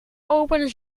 opende